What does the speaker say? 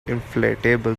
inflatable